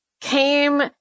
came